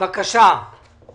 לא אכפת לי